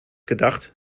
gedacht